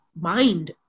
mind